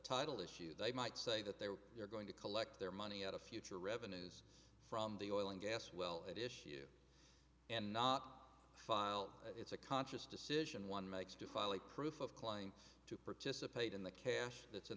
title issue they might say that they were you're going to collect their money at a future revenues from the oil and gas well it issue and not file it's a conscious decision one makes to file a proof of claim to participate in the cash that's in